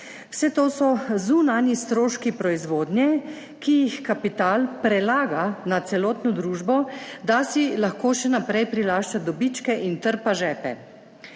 Vse to so zunanji stroški proizvodnje, ki jih kapital prelaga na celotno družbo, da si lahko še naprej prilašča dobičke in trpa žepe.